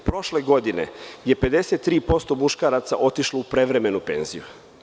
Prošle godine je 53% muškaraca otišlo u prevremenu penziju.